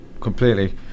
completely